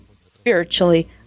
spiritually